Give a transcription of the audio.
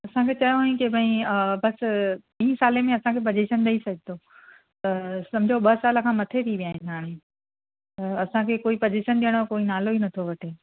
असांखे चयो हुयाईं की बस ॿीं सालें में असांखे पजेशन ॾई छॾींदो त समुझो ॿ साल खां मथे थी विया आहिनि हाणे असांखे पजेशन ॾियण जो कोई नालो ई नथो वठे